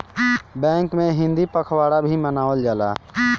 bank में हिंदी पखवाड़ा भी मनावल जाला